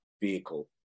vehicle